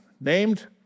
named